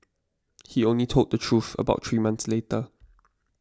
he only told the truth about three months later